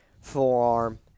forearm